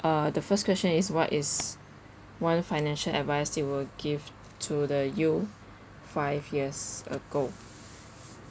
uh the first question is what is one financial advice you will give to the you five years ago